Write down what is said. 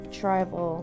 tribal